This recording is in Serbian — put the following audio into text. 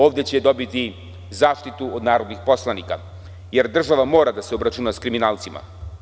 Ovde će dobiti zaštitu od narodnih poslanika jer država mora da se obračuna sa kriminalcima.